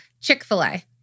Chick-fil-A